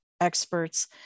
experts